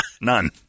None